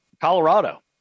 Colorado